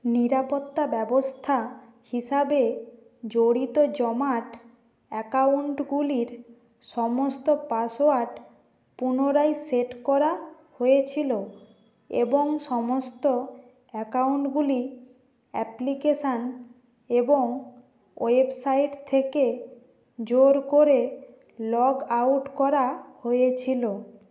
নিরাপত্তা ব্যবস্থা হিসাবে জড়িত জমাট অ্যাকাউন্টগুলির সমস্ত পাসওয়ার্ড পুনরায় সেট করা হয়েছিলো এবং সমস্ত অ্যাকাউন্ট গুলি অ্যাপ্লিকেশন এবং ওয়েবসাইট থেকে জোর করে লগ আউট করা হয়েছিলো